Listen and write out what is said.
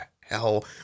hell